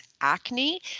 acne